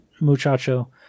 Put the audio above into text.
Muchacho